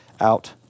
out